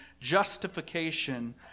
justification